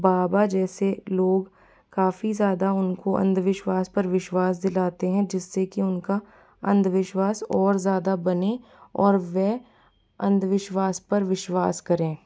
बाबा जैसे लोग काफ़ी ज़्यादा उनको अंधविश्वास पर विश्वास दिलाते हैं जिससे कि उनका अंधविश्वास और ज़्यादा बने और वे अंधविश्वास पर विश्वास करें